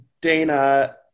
Dana